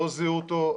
לא זיהו אותו.